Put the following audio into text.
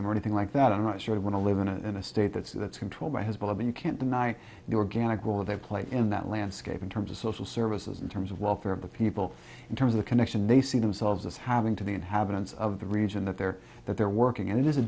more thing like that i'm not sure i want to live in a state that's that's controlled by hezbollah but you can't deny the organic role they play in that landscape in terms of social services in terms of welfare of the people in terms of the connection they see themselves as having to the inhabitants of the region that they're that they're working in it is a